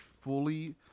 fully